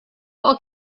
will